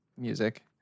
music